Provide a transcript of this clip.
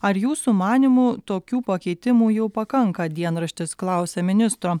ar jūsų manymu tokių pakeitimų jau pakanka dienraštis klausia ministro